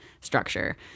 structure